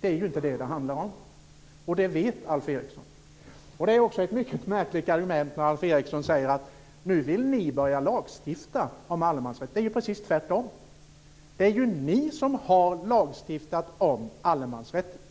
Det är ju inte detta det handlar om, och det vet Alf Eriksson. Det är också ett mycket märkligt argument när Alf Eriksson säger: Nu vill ni börja lagstifta om allemansrätten. Det är ju precis tvärtom! Det är ni som har lagstiftat om allemansrätten.